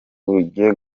bugize